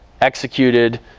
executed